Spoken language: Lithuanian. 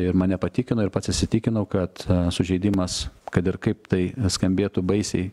ir mane patikino ir pats įsitikinau kad sužeidimas kad ir kaip tai skambėtų baisiai